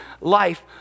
life